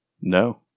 No